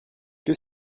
que